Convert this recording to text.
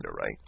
right